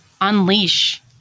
unleash